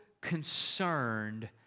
concerned